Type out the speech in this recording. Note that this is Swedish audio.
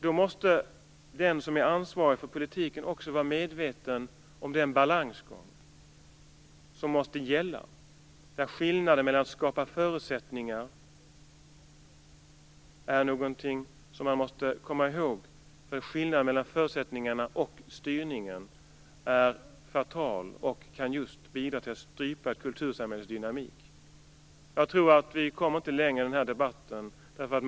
Då måste den som är ansvarig för politiken också vara medveten om den balansgång som måste gälla, där skillnaden mellan att skapa förutsättningar och styra är fatal och kan bidra till att strypa ett kultursamhälles dynamik. Det är någonting som man måste komma ihåg. Jag tror inte att vi kommer längre i denna debatt.